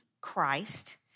Christ